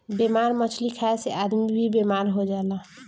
बेमार मछली खाए से आदमी भी बेमार हो जाला